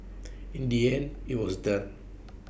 in the end IT was done